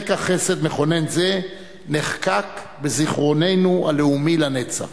רגע חסד מכונן זה נחקק בזיכרוננו הלאומי לנצח.